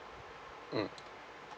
mm